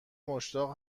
مشتاق